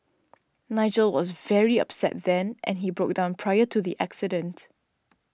Nigel was very upset then and he broke down prior to the accident